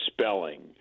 spelling